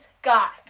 Got